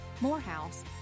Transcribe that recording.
Morehouse